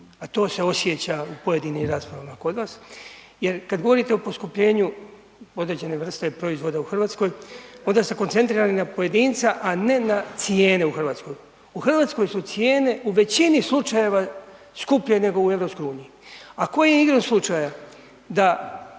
a to se osjeća u pojedinim raspravama kod vas jer kad govorite o poskupljenju određene vrste proizvoda u Hrvatskoj onda ste koncentrirani na pojedinca a ne na cijene u Hrvatskoj. U Hrvatskoj su cijene u većini slučajeve skuplje nego u EU-u a ko je igrom slučaja da